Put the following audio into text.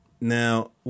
Now